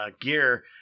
gear